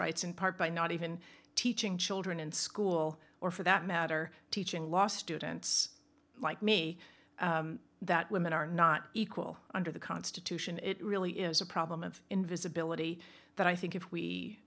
rights in part by not even teaching children in school or for that matter teaching lost students like me that women are not equal under the constitution it really is a problem of invisibility that i think if we